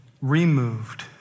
removed